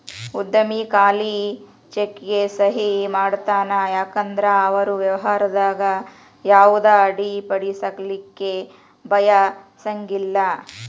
ಉದ್ಯಮಿ ಖಾಲಿ ಚೆಕ್ಗೆ ಸಹಿ ಮಾಡತಾನ ಯಾಕಂದ್ರ ಅವರು ವ್ಯವಹಾರದಾಗ ಯಾವುದ ಅಡ್ಡಿಪಡಿಸಲಿಕ್ಕೆ ಬಯಸಂಗಿಲ್ಲಾ